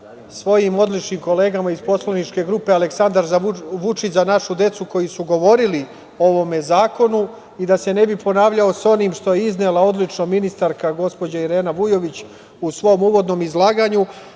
svojim odličnim kolegama iz Poslaničke grupe Aleksandar Vučić – Za našu decu, koji su govorili o ovome zakonu i da se ne bi ponavljao sa onim što je odlično iznela gospođa Irena Vujović u svom uvodnom izlaganju,